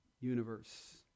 universe